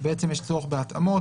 יש צורך בהתאמות.